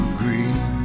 green